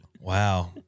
Wow